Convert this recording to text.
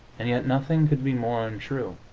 and yet nothing could be more untrue.